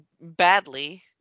badly